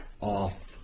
off